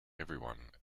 everyone